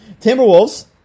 Timberwolves